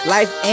Life